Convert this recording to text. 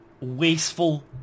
wasteful